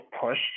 push